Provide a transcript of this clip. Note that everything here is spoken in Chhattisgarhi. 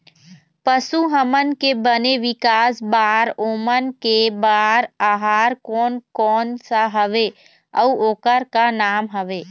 पशु हमन के बने विकास बार ओमन के बार आहार कोन कौन सा हवे अऊ ओकर का नाम हवे?